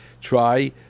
try